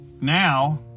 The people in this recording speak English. now